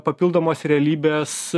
papildomos realybės